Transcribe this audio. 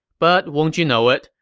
but won't you know it,